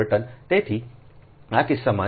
તેથી આ કિસ્સામાં જે પણ I b I c ત્યાં છે